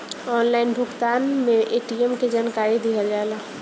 Online भुगतान में ATM के जानकारी दिहल जाला?